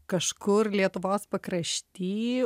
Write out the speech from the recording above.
kažkur lietuvos pakrašty